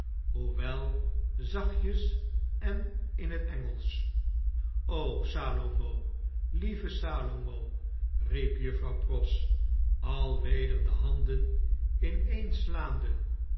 en in het engelsch b salomo lieve salomo riep juffrouw pross alweder de handen ineenslaande